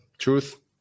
truth